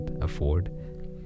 afford